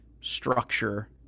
structure